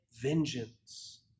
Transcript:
vengeance